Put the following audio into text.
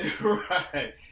Right